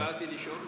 לכן באתי לשאול אותך.